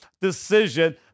decision